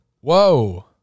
Whoa